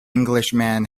englishman